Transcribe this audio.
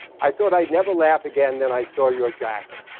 i thought i'd never laugh again. then i saw your jacket.